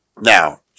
Now